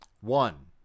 One